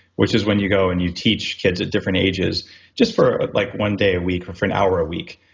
which is when you go and you teach kids at different ages just for like one day a week or for an hour a week,